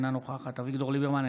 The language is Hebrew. אינה נוכחת אביגדור ליברמן,